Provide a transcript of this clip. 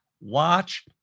Watch